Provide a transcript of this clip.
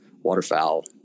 waterfowl